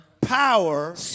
power